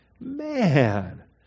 Man